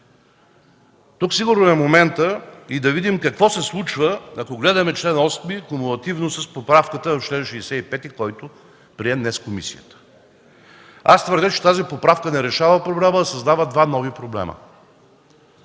Тук сигурно е моментът да видим какво се случва, да погледаме чл. 8 кумулативно с поправката на чл. 65, който комисията прие днес. Аз твърдя, че тази поправка не решава проблема, а създава два нови проблема.